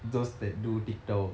those that do TikTok